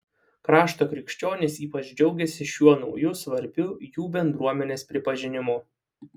krašto krikščionys ypač džiaugiasi šiuo nauju svarbiu jų bendruomenės pripažinimu